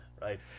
Right